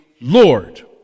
Lord